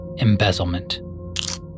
Embezzlement